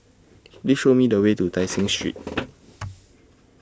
Please Show Me The Way to Tai Seng Street